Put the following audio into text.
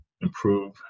improve